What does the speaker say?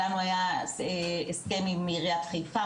לנו אז היה הסכם עם עריית חיפה,